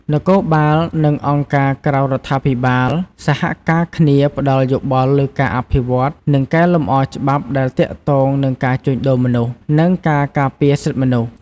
នគរបាល និងអង្គការក្រៅរដ្ឋាភិបាលសហការគ្នាផ្ដល់យោបល់លើការអភិវឌ្ឍ និងកែលម្អច្បាប់ដែលទាក់ទងនឹងការជួញដូរមនុស្ស និងការការពារសិទ្ធិមនុស្ស។